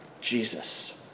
Jesus